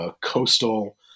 coastal